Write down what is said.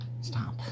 Stop